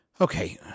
Okay